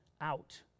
out